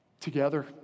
together